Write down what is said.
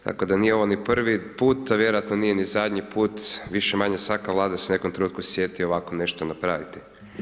Tako da nije ovo ni prvi put a vjerojatno nije ni zadnji put, više-manje svaka Vlada se u nekom trenutku sjeti ovako nešto napraviti.